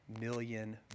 million